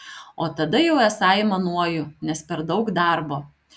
o tada jau esą aimanuoju nes per daug darbo